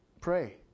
Pray